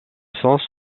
sens